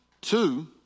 Two